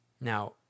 Now